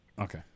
Okay